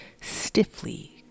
stiffly